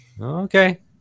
Okay